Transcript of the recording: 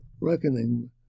reckoning